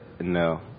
no